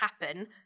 happen